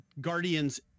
guardians